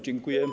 Dziękuję.